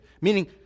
meaning